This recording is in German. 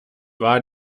war